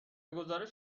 گزارش